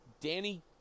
Danny